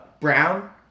Brown